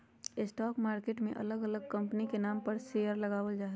stock market मे अलग अलग कंपनी के नाम पर शेयर लगावल जा हय